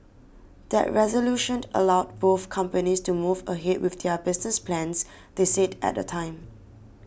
that resolution allowed both companies to move ahead with their business plans they said at the time